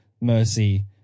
mercy